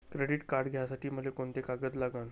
Credit card घ्यासाठी मले कोंते कागद लागन?